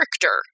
character